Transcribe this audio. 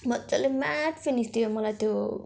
मजाले mat finish दियो मलाई त्यो